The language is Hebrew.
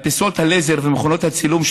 מדפסות הלייזר ומכונות הצילום,